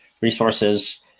resources